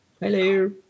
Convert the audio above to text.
Hello